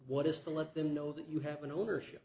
what is to let them know that you have an ownership